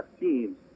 teams